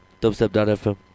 Dubstep.fm